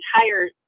entire